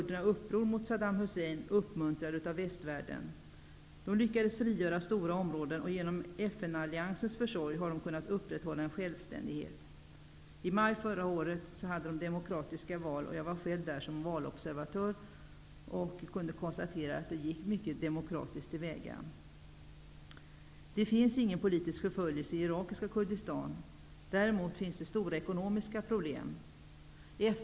De lyckades frigöra stora områden, och genom FN-alliansens försorg har de kunnat upprätthålla en självständighet. I maj förra året hade de demo kratiska val. Jag var själv där som valobservatör och kunde konstatera att det hela gick mycket de mokratiskt till väga. Det finns ingen politisk förföljelse i irakiska Kurdistan. Däremot finns det stora ekonomiska problem.